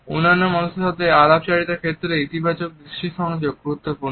অন্যান্য মানুষের সাথে আলাপচারিতার ক্ষেত্রে ইতিবাচক দৃষ্টি সংযোগ গুরুত্বপূর্ণ